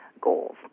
goals